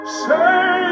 say